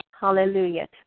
Hallelujah